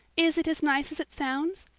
is it as nice as it sounds?